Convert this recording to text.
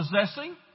possessing